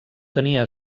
tenia